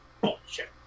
bullshit